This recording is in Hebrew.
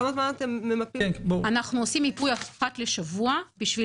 אנחנו עושים מיפוי אחת לשבוע בשביל